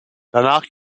danach